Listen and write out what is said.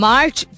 March